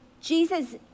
Jesus